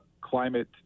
climate